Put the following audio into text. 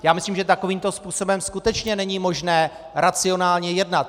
Já myslím, že takovýmto způsobem skutečně není možné racionálně jednat.